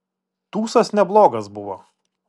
tūsas neblogas buvo